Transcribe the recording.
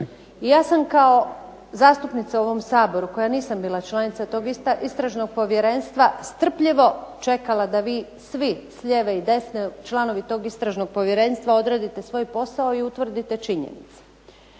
ja sam kao zastupnica u ovom Saboru koja nisam bila članica tog Istražnog povjerenstva strpljivo čekala da vi svi s lijeve i desne, članovi tog Istražnog povjerenstva odradite svoj posao i utvrdite činjenice.